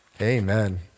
Amen